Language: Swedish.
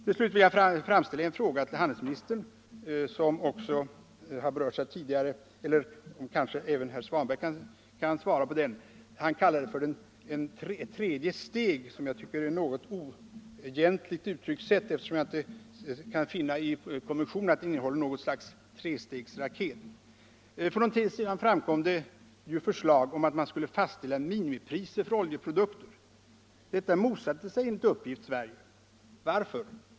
Till slut vill jag framställa en fråga till handelsministern, eller kanske herr Svanberg kan svara på den. Herr Svanberg talade om ett tredje steg, vilket jag tycker är ett något oegentligt uttryckssätt, eftersom jag inte kan finna att konventionen innehåller något slags trestegsraket. För någon tid sedan framkom förslag om att man skulle fastställa minimipriser för oljeprodukter. Detta motsatte sig, enligt uppgift, Sverige. Varför?